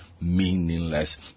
meaningless